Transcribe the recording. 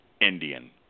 Indian